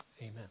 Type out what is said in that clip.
amen